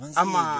ama